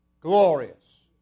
glorious